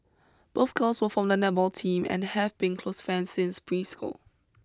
both girls were from the netball team and have been close friends since preschool